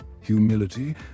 humility